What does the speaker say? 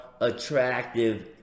attractive